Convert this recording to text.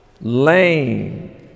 lame